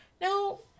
No